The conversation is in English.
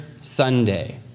Sunday